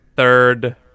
Third